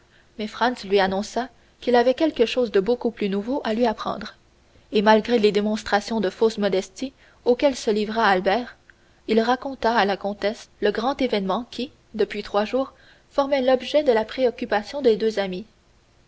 mais franz lui annonça qu'il avait quelque chose de beaucoup plus nouveau à lui apprendre et malgré les démonstrations de fausse modestie auxquelles se livra albert il raconta à la comtesse le grand événement qui depuis trois jours formait l'objet de la préoccupation des deux amis